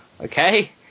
okay